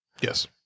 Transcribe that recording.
Yes